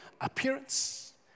appearance